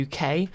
UK